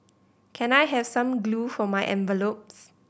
can I have some glue for my envelopes